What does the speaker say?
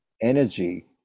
energy